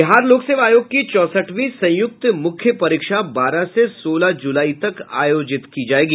बिहार लोक सेवा आयोग की चौसठवीं संयुक्त मुख्य परीक्षा बारह से सोलह जुलाई तक आयोजित की जायेगी